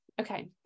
okay